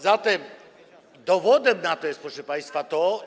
Zatem dowodem na to jest, proszę państwa to.